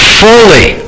fully